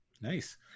nice